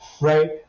right